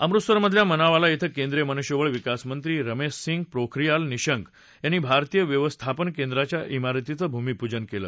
अमृतसर मधल्या मनावाला शिं केंद्रीय मनृष्य बळ विकासमंत्री रमेश पोखरीयाल निशंक यांनी भारतीय व्यवस्थापन केंद्राच्या ञारतीचं भूमिपूजन केलं